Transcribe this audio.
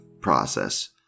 process